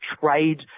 trade